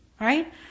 Right